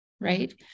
Right